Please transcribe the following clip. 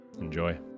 enjoy